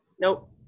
Nope